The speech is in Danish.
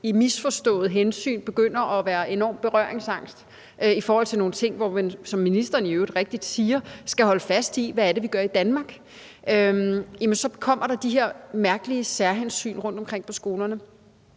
et misforstået hensyn begynder at være enormt berøringsangste i forhold til nogle ting, hvor vi, som ministeren i øvrigt rigtigt siger, skal holde fast i, hvad det er, vi gør i Danmark, så kommer der de her mærkelige særhensyn rundtomkring på skolerne.